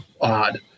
odd